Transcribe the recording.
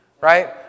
right